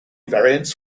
variants